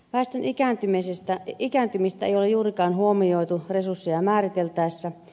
väestön ikääntymistä ei ole juurikaan huomioitu resursseja määriteltäessä